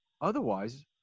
otherwise